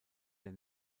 der